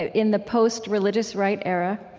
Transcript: and in the post-religious right era,